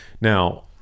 Now